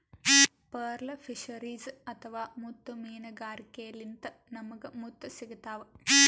pearl fisheries ಅಥವಾ ಮುತ್ತ್ ಮೀನ್ಗಾರಿಕೆಲಿಂತ್ ನಮ್ಗ್ ಮುತ್ತ್ ಸಿಗ್ತಾವ್